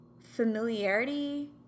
familiarity